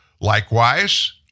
Likewise